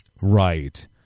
Right